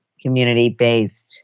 community-based